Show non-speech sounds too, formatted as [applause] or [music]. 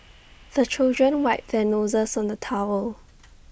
the children wipe their noses on the towel [noise]